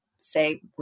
say